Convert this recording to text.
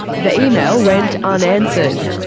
the email went unanswered.